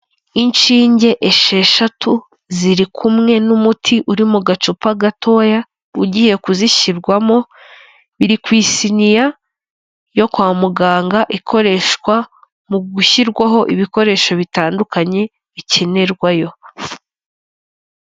Inshinge esheshatu ziri kumwe n'umuti uri mu gacupa gatoya ugiye kuzishyirwamo, biri kwsiniya yo kwa muganga ikoreshwa mu gushyirwaho ibikoresho bitandukanye bikenerwayo.